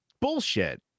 bullshit